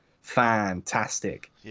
fantastic